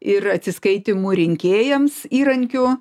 ir atsiskaitymu rinkėjams įrankiu